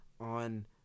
on